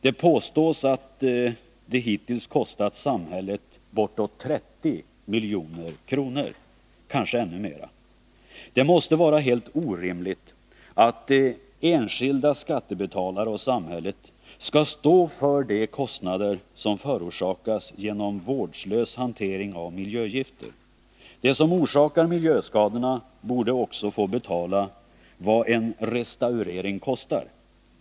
Det påstås att den hittills kostat samhället bortåt 30 milj.kr. — kanske ännu mera. Det måste vara helt orimligt att enskilda skattebetalare och samhället skall stå för de kostnader som förorsakas genom vårdslös hantering av miljögifter. De som orsakar miljöskador borde också få betala vad en restaurering kostar.